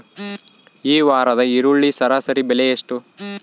ಈ ವಾರದ ಈರುಳ್ಳಿ ಸರಾಸರಿ ಬೆಲೆ ಎಷ್ಟು?